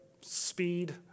speed